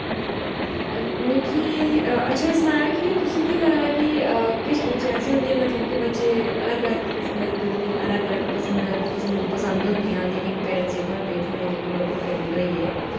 मिकी अच्छा एह् सनाएओ कि तुसें ई केह् लगदा कि किश बच्चे ऐसे होंदे मतलब कि बच्चे अलग अलग किस्में दे होंदे उं'दी अलग अलग पसंद पसं पसंद होंदियां लेकिन पेरेंट्स जेह्के होंदे इत्थूं दे जेह्के लोकल पेरेंट होई गे